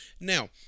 Now